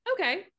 okay